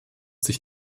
sich